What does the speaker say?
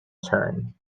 turn